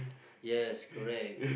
yes correct